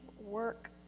work